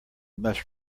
must